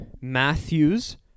Matthews